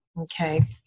Okay